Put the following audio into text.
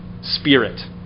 spirit